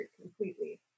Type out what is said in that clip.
completely